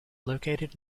located